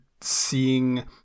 seeing